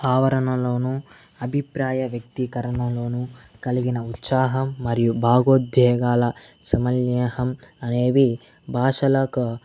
ఆవరణలోను అభిప్రాయ వ్యక్తీకరణలోను కలిగిన ఉత్సాహం మరియు భావోద్వేగాల సమల్యహం అనేవి భాషలకు